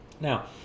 Now